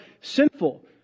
sinful